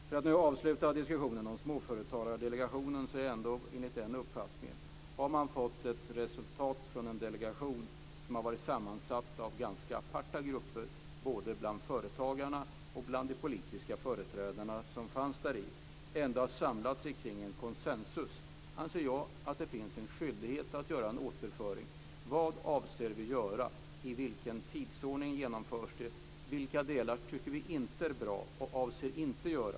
För att nu avsluta diskussionen om Småföretagsdelegationen har jag ändå den uppfattningen att om man har fått ett resultat från en delegation som har varit sammansatt av ganska aparta grupper både bland företagarna och bland de politiska företrädarna och som har samlats kring konsensus, anser jag att det finns en skyldighet att göra en återföring. Vad avser vi göra? I vilken tidsordning genomförs det? Vilka delar tycker vi inte är bra och avser vi inte genomföra?